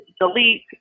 delete